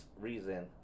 reason